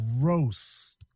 gross